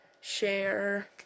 share